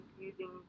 using